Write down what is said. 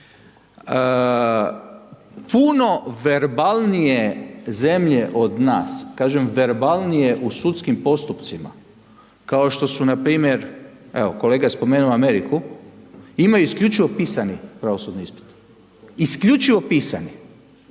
Puno verbalnije zemlje od nas, kažem, verbalnije u sudskim postupcima, kao što su npr., evo, kolega je spomenuo Ameriku. Imaju isključivo pisani pravosudni ispit, isključivo pisani